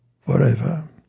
forever